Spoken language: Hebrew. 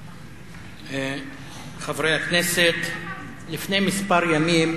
חבר הכנסת אחמד טיבי,